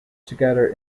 together